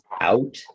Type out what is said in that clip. out